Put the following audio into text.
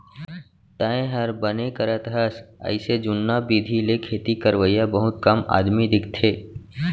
तैंहर बने करत हस अइसे जुन्ना बिधि ले खेती करवइया बहुत कम आदमी दिखथें